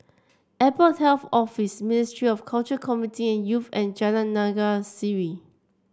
Airport Health Office Ministry of Culture Community and Youth and Jalan Naga Sari